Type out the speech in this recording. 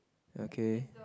okay